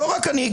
לא רק אני,